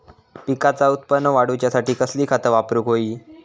पिकाचा उत्पन वाढवूच्यासाठी कसली खता वापरूक होई?